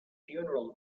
funeral